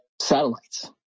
satellites